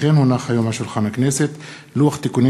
כמו כן הונח היום על שולחן הכנסת לוח תיקונים